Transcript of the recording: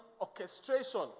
orchestration